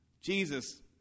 Jesus